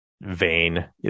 vain